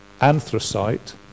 anthracite